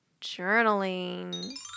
Journaling